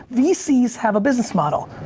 vcs have a business model.